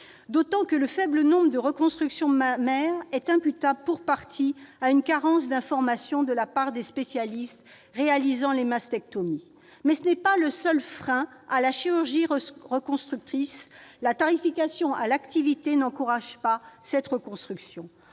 D'autant que le faible nombre de reconstructions mammaires est imputable, pour partie, à une carence d'information de la part des spécialistes réalisant les mastectomies. Mais ce n'est pas le seul frein à la chirurgie reconstructrice. La tarification à l'activité n'encourage pas la reconstruction.